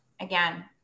again